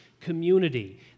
community